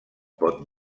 pot